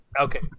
Okay